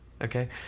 Okay